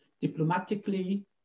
diplomatically